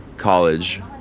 college